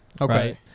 Okay